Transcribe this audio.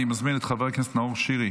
אני מזמין את חבר הכנסת נאור שירי